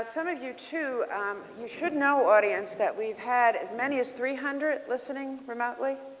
so of you too you should know audience that we've had as many as three hundred listening remotely.